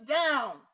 down